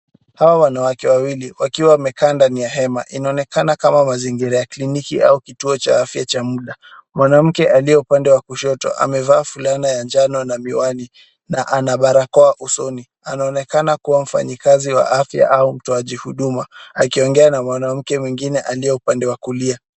Hawa wanawake wawili wakiwa wamekaa ndani ya hema. Inaonekana kama mazingira ya kliniki au kituo cha afya cha muda. Mwanamke aliye upande wa kushoto amevaa fulana ya njano na miwani na ana barakoa usoni. Anaonekana kuwa mfanyikazi wa afya au mtoaji huduma akiongea na mwanamke mwingine aliye upande wa kulia.